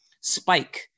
spike